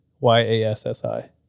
Y-A-S-S-I